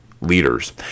Leaders